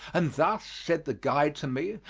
and thus, said the guide to me,